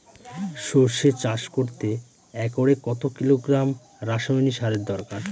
সরষে চাষ করতে একরে কত কিলোগ্রাম রাসায়নি সারের দরকার?